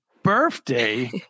birthday